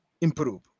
improve